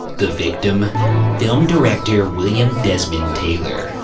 the victim film director william desmond taylor.